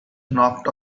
knocked